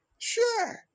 Sure